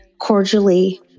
cordially